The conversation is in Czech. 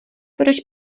proč